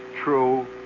true